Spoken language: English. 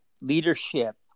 leadership